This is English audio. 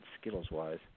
Skittles-wise